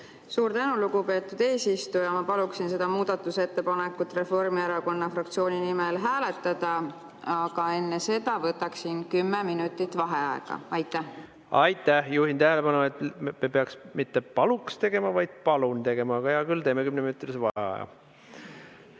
Suur tänu, lugupeetud eesistuja! Ma paluksin seda muudatusettepanekut Reformierakonna fraktsiooni nimel hääletada, aga enne seda võtaksin kümme minutit vaheaega. Aitäh! Juhin tähelepanu, et me peaksime [ütlema] mitte "paluks tegema", vaid "palun tegema". Aga hea küll, teeme kümneminutilise vaheaja.V